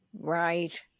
Right